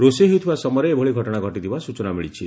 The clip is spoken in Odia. ରୋଷେଇ ହେଉଥିବା ସମୟରେ ଏଭଳି ଘଟଣା ଘଟିଥିବା ସୂଚନା ମିଳିଛି